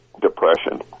depression